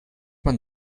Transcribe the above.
man